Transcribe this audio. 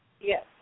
Yes